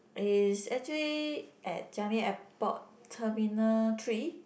is actually at Changi Airport terminal three